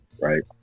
Right